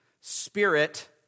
spirit